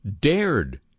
dared